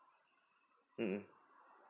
mm mm